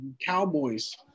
Cowboys